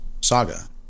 saga